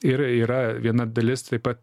ir yra viena dalis taip pat